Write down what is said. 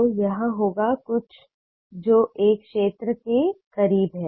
तो यह होगा कुछ जो एक क्षेत्र के करीब है